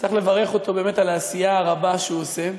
צריך לברך אותו באמת על העשייה הרבה שלו,